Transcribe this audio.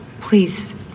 Please